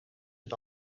het